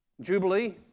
Jubilee